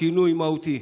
שינוי מהותי.